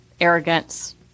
arrogance